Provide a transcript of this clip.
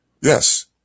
Yes